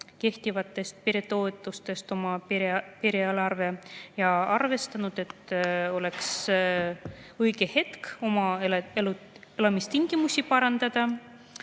kehtivatest peretoetustest oma pere eelarve ja arvestanud, et oleks õige hetk oma elamistingimusi parandada?